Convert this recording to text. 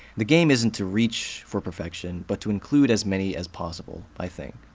the game isn't to reach for perfection, but to include as many as possible, i think.